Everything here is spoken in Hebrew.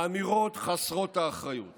האמירות חסרות האחריות